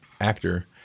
actor